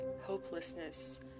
hopelessness